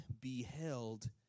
beheld